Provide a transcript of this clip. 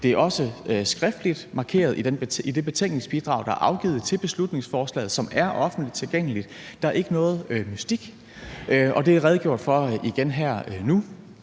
Det er også skriftligt markeret i det betænkningsbidrag, der er afgivet til beslutningsforslaget, og som er offentligt tilgængeligt. Der er ikke noget mystik, og det er der redegjort for igen her nu.